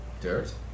Dirt